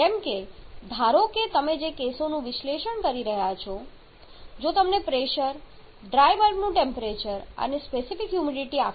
જેમ કે ધારો કે તમે જે કેસોનું વિશ્લેષણ કરી રહ્યા છો જો તમને પ્રેશર ડ્રાય બલ્બનું ટેમ્પરેચર અને સ્પેસિફિક હ્યુમિડિટી આપવામાં આવે છે